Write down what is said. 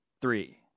Three